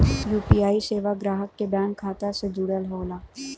UPI सेवा ग्राहक के बैंक खाता से जुड़ल होला